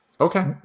Okay